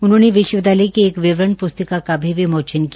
उन्होंने विश्वविद्यालय की एक विवरण प्स्तिका का भी विमोचन किया